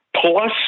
plus